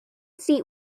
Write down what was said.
seat